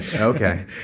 Okay